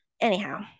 anyhow